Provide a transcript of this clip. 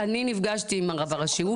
אני נפגשתי עם הרב הראשי.